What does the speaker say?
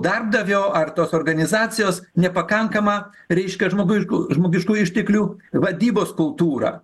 darbdavio ar tos organizacijos nepakankama reiškia žmoguj žmogiškųjų išteklių vadybos kultūrą